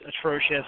atrocious